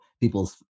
people's